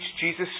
Jesus